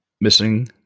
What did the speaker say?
Missing